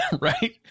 Right